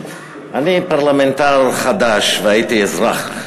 אני פרלמנטר חדש, והייתי אזרח,